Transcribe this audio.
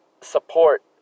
support